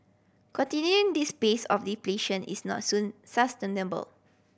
continuing this pace of depletion is not soon sustainable